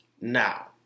now